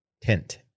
Tent